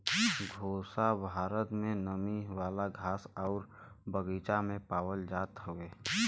घोंघा भारत में नमी वाला घास आउर बगीचा में पावल जात हउवे